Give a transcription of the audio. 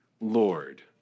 Lord